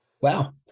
wow